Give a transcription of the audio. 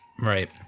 Right